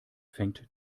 fängt